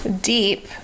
deep